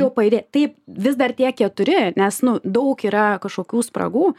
jau pajudėjo taip vis dar tie keturi nes nu daug yra kažkokių spragų